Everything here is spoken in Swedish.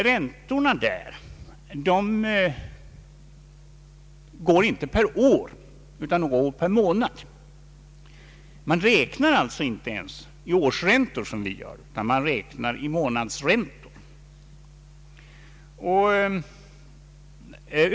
Räntorna där löper inte per år utan per månad. Man räknar alltså inte ens i årsräntor som vi gör utan i månadsräntor.